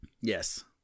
Yes